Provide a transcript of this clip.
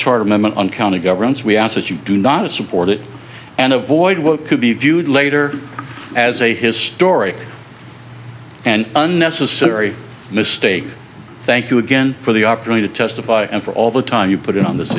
amendment on county governments we ask that you do not support it and avoid what could be viewed later as a historic and unnecessary mistake thank you again for the opportunity to testify and for all the time you put in on this